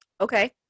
okay